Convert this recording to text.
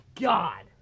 God